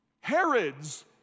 Herods